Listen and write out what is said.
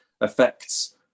affects